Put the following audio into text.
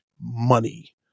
money